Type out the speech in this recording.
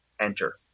enter